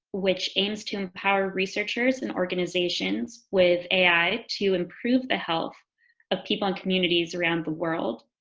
which aims to empower researchers and organizations with ai to improve the health of people in communities around the world